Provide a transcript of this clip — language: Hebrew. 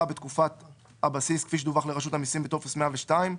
בתקופת הבסיס כפי שדווח לרשות המסים בטופס 0102,